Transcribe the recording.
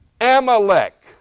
Amalek